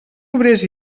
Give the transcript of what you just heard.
obrers